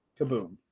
kaboom